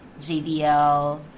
JDL